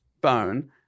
bone